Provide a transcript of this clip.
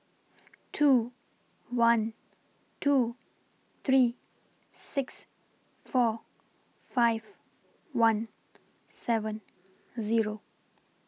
two one two three six four five one seven Zero